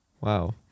Wow